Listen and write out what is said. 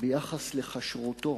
ביחס לכשרותו,